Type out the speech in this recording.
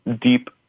deep